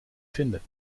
vinden